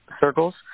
circles